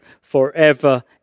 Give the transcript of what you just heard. forever